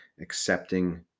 accepting